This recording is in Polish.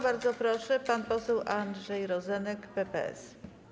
Bardzo proszę, pan poseł Andrzej Rozenek, PPS.